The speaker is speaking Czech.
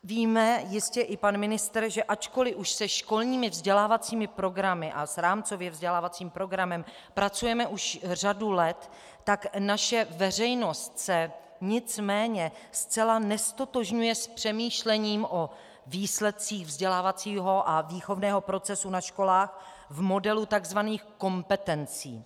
Víme jistě i pan ministr , že ačkoliv už se školními vzdělávacími programy a s rámcově vzdělávacím programem pracujeme už řadu let, tak naše veřejnost se nicméně zcela neztotožňuje s přemýšlením o výsledcích vzdělávacího a výchovného procesu na školách v modelu tzv. kompetencí.